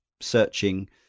searching